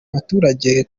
abaturage